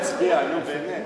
מבקשים רק להצביע, נו, באמת.